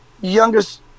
Youngest